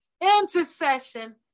intercession